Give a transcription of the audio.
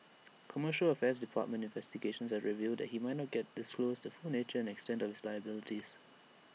commercial affairs department investigations had revealed that he might not get disclosed the full nature and extent of his liabilities